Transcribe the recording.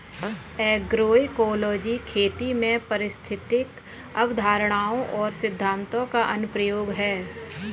agroecology खेती में पारिस्थितिक अवधारणाओं और सिद्धांतों का अनुप्रयोग है